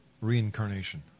reincarnation